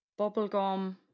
Bubblegum